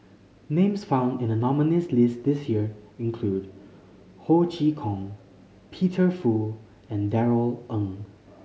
names found in the nominees' list this year include Ho Chee Kong Peter Fu and Darrell Ang